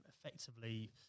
effectively